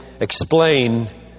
explain